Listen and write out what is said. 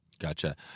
Gotcha